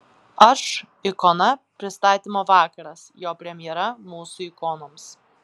aš ikona pristatymo vakaras jo premjera mūsų ikonoms